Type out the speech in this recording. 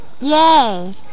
Yay